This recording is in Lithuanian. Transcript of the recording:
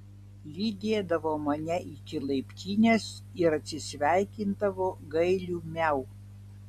lydėdavo mane iki laiptinės ir atsisveikindavo gailiu miau